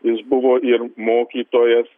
jis buvo ir mokytojas